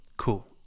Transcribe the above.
cool